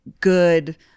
good